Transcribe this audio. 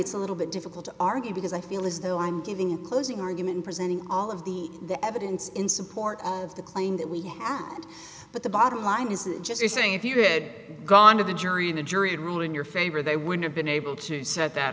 it's a little bit difficult to argue because i feel as though i'm giving a closing argument presenting all of the the evidence in support of the claim that we have but the bottom line is that just you're saying if you read gone to the jury in a jury trial in your favor they would have been able to set that